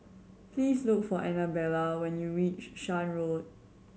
please look for Annabella when you reach Shan Road